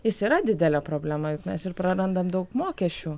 jis yra didelė problema juk mes ir prarandam daug mokesčių